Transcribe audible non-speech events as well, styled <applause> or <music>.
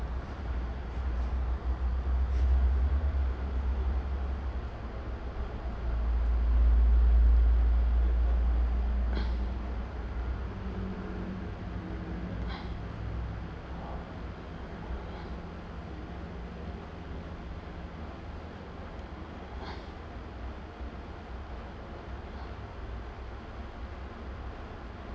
<breath>